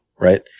right